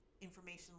information